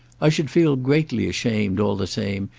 i should feel greatly ashamed, all the same,